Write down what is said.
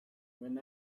when